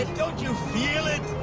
don't you feel it?